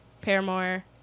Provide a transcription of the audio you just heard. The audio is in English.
Paramore